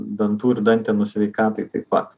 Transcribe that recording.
dantų ir dantenų sveikatai tai pa